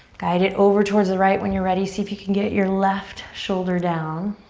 guide it over towards the right. when you're ready see if you can get your left shoulder down.